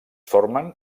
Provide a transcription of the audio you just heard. formen